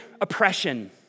oppression